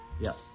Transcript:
yes